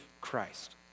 Christ